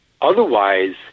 Otherwise